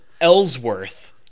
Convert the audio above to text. Ellsworth